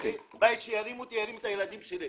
בית שירים אותי וירים את הילדים שלי.